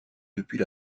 depuis